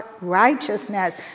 righteousness